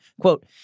Quote